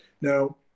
Now